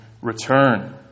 return